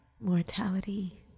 mortality